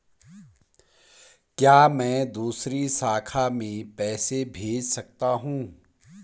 क्या मैं दूसरी शाखा में पैसे भेज सकता हूँ?